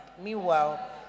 meanwhile